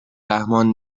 رحمان